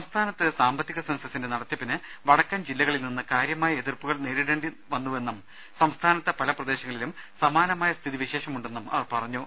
സംസ്ഥാനത്ത് സാമ്പത്തിക സെൻസസിന്റെ നടത്തിപ്പിന് വടക്കൻ ജില്ലകളിൽ നിന്ന് കാര്യമായ എതിർപ്പുകൾ നേരിടേണ്ടി വന്നുവെന്നും സംസ്ഥാനത്തെ പല പ്രദേശങ്ങളിലും സമാനമായ സ്ഥിതി വിശേഷമുണ്ടെന്നും അവർ പറഞ്ഞു